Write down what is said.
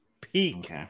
Peak